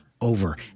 Over